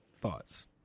Thoughts